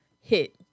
hit